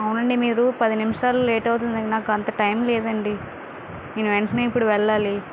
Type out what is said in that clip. అవునండి మీరు పది నిమిషాలు లేట్ అవుతుంది నాకు అంత టైం లేదండి నేను వెంటనే ఇప్పుడు వెళ్ళాలి